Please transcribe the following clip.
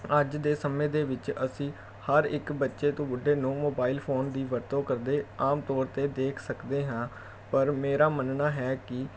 ਅੱਜ ਦੇ ਸਮੇਂ ਦੇ ਵਿੱਚ ਅਸੀਂ ਹਰ ਇੱਕ ਬੱਚੇ ਤੋਂ ਬੁੱਢੇ ਨੂੰ ਮੋਬਾਇਲ ਫੋਨ ਦੀ ਵਰਤੋਂ ਕਰਦੇ ਆਮ ਤੌਰ 'ਤੇ ਦੇਖ ਸਕਦੇ ਹਾਂ ਪਰ ਮੇਰਾ ਮੰਨਣਾ ਹੈ ਕਿ